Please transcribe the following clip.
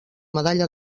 medalla